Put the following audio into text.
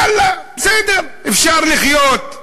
יאללה, בסדר, אפשר לחיות.